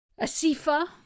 Asifa